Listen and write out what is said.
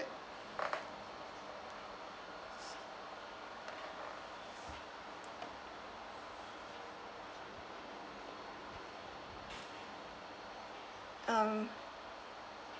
um